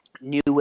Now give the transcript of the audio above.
new